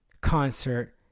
concert